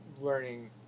learning